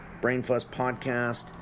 brainfuzzpodcast